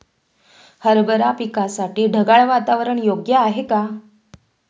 हरभरा पिकासाठी ढगाळ वातावरण योग्य आहे का?